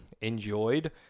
enjoyed